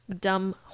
Dumb